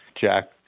Jack